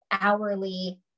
hourly